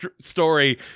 story